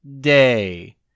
day